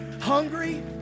hungry